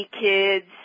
kids